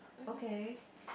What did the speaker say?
okay